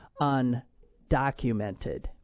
undocumented